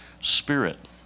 spirit